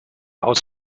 aus